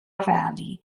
valley